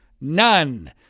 None